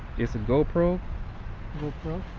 it's a gopro gopro?